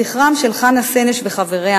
זכרם של חנה סנש וחבריה